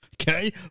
Okay